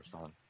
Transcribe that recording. son